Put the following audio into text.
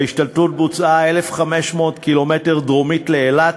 ההשתלטות בוצעה 1,500 ק"מ דרומית לאילת,